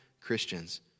Christians